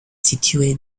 situé